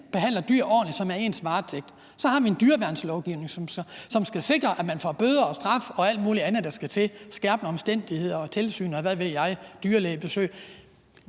behandler dyr, som man har i sin varetægt, ordentligt, har vi en dyreværnslovgivning, som skal sikre, at man får bøder og straf og alt muligt andet, der skal til, skærpende omstændigheder og tilsyn, og hvad ved jeg, dyrlægebesøg.